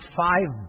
five